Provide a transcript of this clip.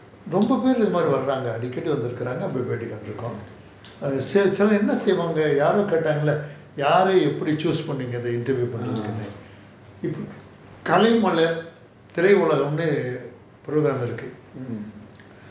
ரொம்ப பெருல இது மாரி வராங்க அடிக்கடி வந்து இருகாங்க நாங்க பேட்டி கண்டு இருக்கோம் என்ன செய்வாங்க யாரோ கேட்டாங்களே யாரை எப்பிடி:romba perula ithu maari varanga adikadi vanthu irukanga nanga paeti kandu irukom enna seivaanga yaaro kaetaangala yaara choose பண்ணுவீங்க:panuveenga interview பண்றதுக்குனு இப்போ காலை மலர் திரை உலகம் னு:pandrathukunu ippo kaalai malar thirai ulagam nu programme இருக்கு:iruku